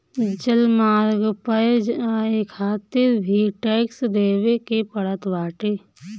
जलमार्ग पअ जाए खातिर भी टेक्स देवे के पड़त बाटे